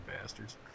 bastards